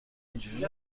اینجوری